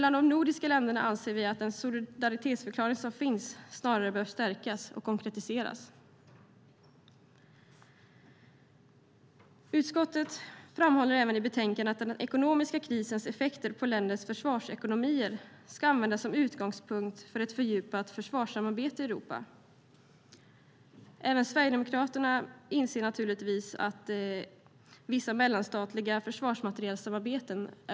Vi anser att den solidaritetsförklaring som finns mellan de nordiska länderna snarare behöver stärkas och konkretiseras. Utskottet framhåller i betänkandet att den ekonomiska krisens effekter på länders försvarsekonomier ska användas som utgångspunkt för ett fördjupat försvarssamarbete i Europa. Även Sverigedemokraterna inser naturligtvis att det är väldigt positivt med vissa mellanstatliga försvarsmaterielsamarbeten.